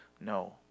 No